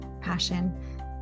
passion